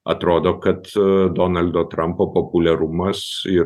atrodo kad donaldo trampo populiarumas ir